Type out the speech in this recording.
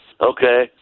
Okay